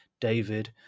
David